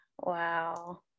wow